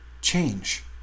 change